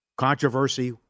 Controversy